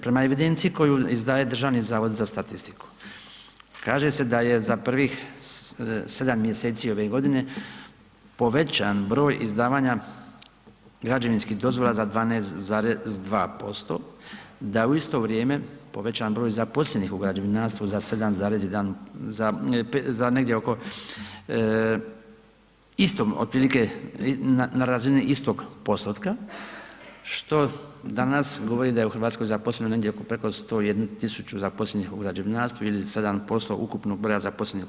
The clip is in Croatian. Prema evidenciji koju izdaje Državni zavod za statistiku kaže se da je za prvih 7. mjeseci ove godine povećan broj izdavanja građevinskih dozvola za 12,2%, da je u isto vrijeme povećan broj zaposlenih u građevinarstvu za 7,1 za, za negdje oko, istom otprilike, na razini istog postotka, što danas govori da je u RH zaposleno negdje oko preko 101 000 zaposlenih u građevinarstvu ili 7% ukupnog broja zaposlenih u RH.